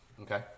okay